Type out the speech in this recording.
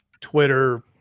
Twitter